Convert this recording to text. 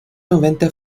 noventa